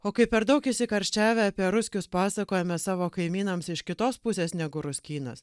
o kai per daug įsikarščiavę apie ruskius pasakojame savo kaimynams iš kitos pusės negu ruskynas